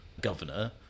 governor